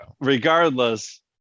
Regardless